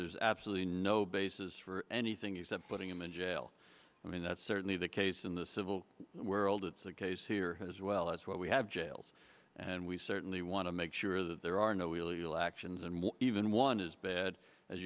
is absolutely no basis for anything except putting him in jail i mean that's certainly the case in the civil world it's a case here as well as what we have jails and we certainly want to make sure that there are no